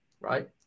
right